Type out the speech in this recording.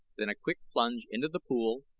then a quick plunge into the pool,